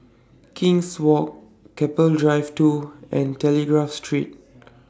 King's Walk Keppel Drive two and Telegraph Street